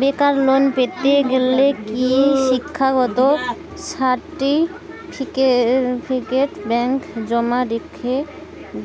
বেকার লোন পেতে গেলে কি শিক্ষাগত সার্টিফিকেট ব্যাঙ্ক জমা রেখে